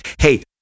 hey